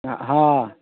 हाँ